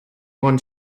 want